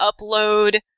upload